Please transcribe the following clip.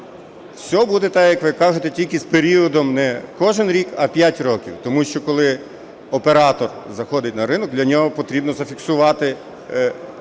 Все буде так, як ви кажете, тільки з періодом не кожен рік, а 5 років. Тому що, коли оператор заходить на ринок, для нього потрібно зафіксувати певні